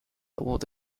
would